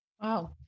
Wow